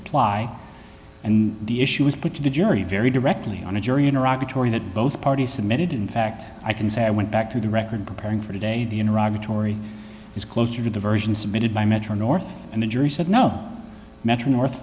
apply and the issue was put to the jury very directly on a jury in iraq atory that both parties submitted in fact i can say i went back to the record preparing for today the iraq retore is closer to the version submitted by metro north and the jury said no metro north